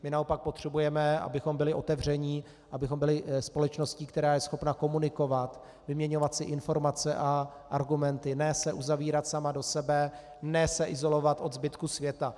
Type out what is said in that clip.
My naopak potřebujeme, abychom byli otevření, abychom byli společností, která je schopna komunikovat, vyměňovat si informace a argumenty, ne se uzavírat sama do sebe, ne se izolovat od zbytku světa.